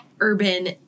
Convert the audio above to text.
urban